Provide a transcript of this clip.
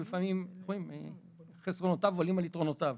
לפעמים חסרונותיו עולים על יתרונותיו.